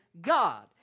God